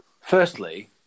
Firstly